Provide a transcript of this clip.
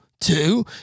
two